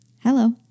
Hello